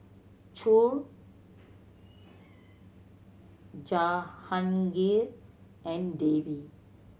Choor Jahangir and Devi